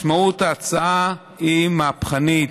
משמעות ההצעה היא מהפכנית: